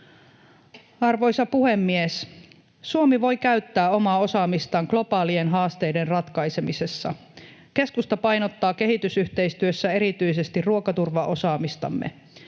Arvoisa puhemies! Suomi voi käyttää omaa osaamistaan globaalien haasteiden ratkaisemisessa. Keskusta painottaa kehitysyhteistyössä erityisesti ruokaturvaosaamistamme.